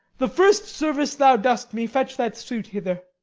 the first service thou dost me, fetch that suit hither.